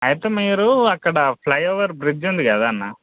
అయితే మీరు అక్కడ ఫ్లైఓవర్ బ్రిడ్జ్ ఉంది కదన్న